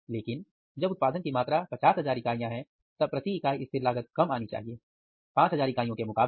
लेकिन जब उत्पादन की मात्रा 50000 इकाइयां है तब प्रति इकाई स्थिर लागत कम आनी चाहिए 5000 इकाइयों के मुकाबले